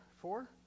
four